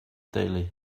deulu